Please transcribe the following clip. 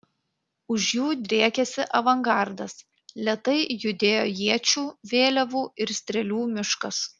už jų driekėsi avangardas lėtai judėjo iečių vėliavų ir strėlių miškas